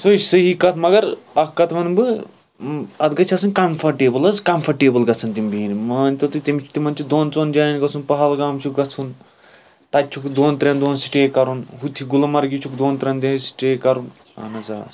سۄ چھِ سٔہِی کَتھ مگر اَکھ کَتھ وَنہٕ بہٕ اَکھ گَژھہِ آسٕنۍ کَمفٲٹیبٕل حظ کَمفٲٹیبٕل گَژھن تِم بیٚہِنۍ مان تو تُہۍ تِمَن چھِ دۄن ژۄن جایَن گَژُھن پہلگام چھُکھ گژھُن تتہِ چھُکھ دۄن ترٛؠن دۄہَن سِٹے کَرُن ہُتہِ چھُکھ گُلمَرگ چھُکھ دۄن ترٛؠن جایَن سِٹے کَرُن اَہَن حظ آں